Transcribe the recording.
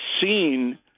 seen